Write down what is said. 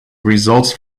results